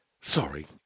Sorry